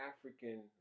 African